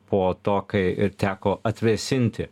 po to kai ir teko atvėsinti